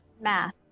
math